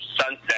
Sunset